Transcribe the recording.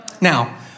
Now